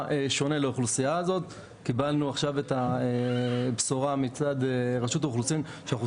שונה על האוכלוסייה הזאת קיבלנו עכשיו את הבשורה מצד רשות האוכלוסין שאנחנו